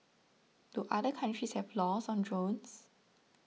do other countries have laws on drones